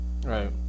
Right